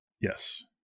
Yes